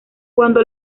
cuando